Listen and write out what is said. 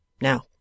Now